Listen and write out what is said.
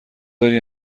داری